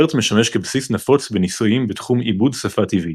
BERT משמש כבסיס נפוץ בניסויים בתחום עיבוד שפה טבעית.